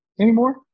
anymore